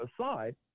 aside